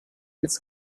its